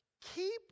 Keep